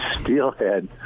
steelhead